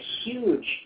huge